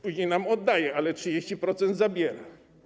Później nam oddaje, ale 30% zabiera.